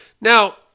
Now